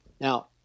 Now